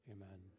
Amen